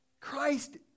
Christ